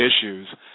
issues